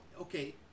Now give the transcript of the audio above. okay